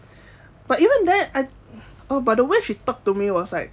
but even then I oh by the way she talked to me was like